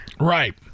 right